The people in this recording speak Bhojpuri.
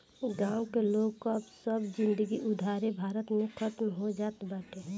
गांव के लोग कअ सब जिनगी उधारे भरत में खतम हो जात बाटे